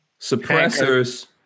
suppressors